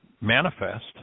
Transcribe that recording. manifest